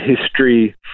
history